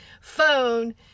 phone